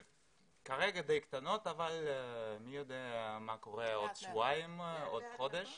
כרגע די קטנים אבל אף אחד לא יודע מה יקרה בעוד שבועיים ובעוד חודש.